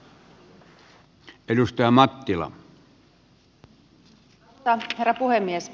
arvoisa herra puhemies